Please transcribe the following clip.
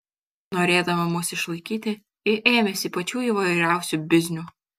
norėdama mus išlaikyti ji ėmėsi pačių įvairiausių biznių